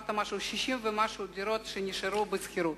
אמרת שכ-60,000 דירות נשארו בשכירות.